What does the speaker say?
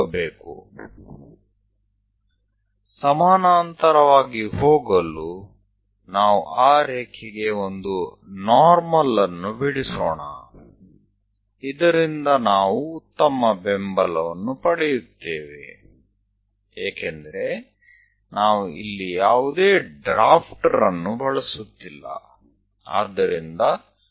તો તે લીટીને સમાંતર જવા માટે ચાલો આપણે એક લંબ દોરીએ અને જેથી આપણી પાસે એક સારો સહારો હોય કારણ કે અહીંયા આપણે કોઈ ડ્રાફ્ટર નો ઉપયોગ કરી રહ્યા નથી